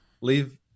leave